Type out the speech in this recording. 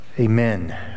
Amen